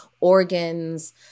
organs